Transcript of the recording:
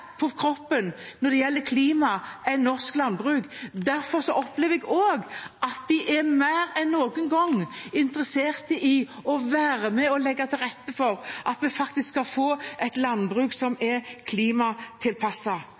på kroppen når det gjelder klima, enn norsk landbruk. Derfor opplever jeg også at de mer enn noen gang er interessert i å være med og legge til rette for at vi faktisk skal få et landbruk som